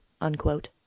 unquote